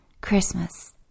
Christmas